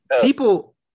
People